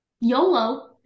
YOLO